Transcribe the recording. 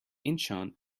incheon